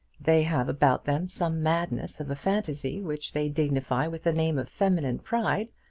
they have about them some madness of a phantasy which they dignify with the name of feminine pride,